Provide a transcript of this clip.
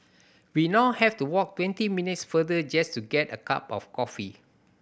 we now have to walk twenty minutes farther just to get a cup of coffee